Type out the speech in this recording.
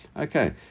Okay